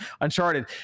Uncharted